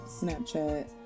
snapchat